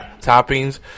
toppings